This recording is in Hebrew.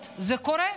תראו,